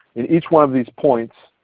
and each one of these points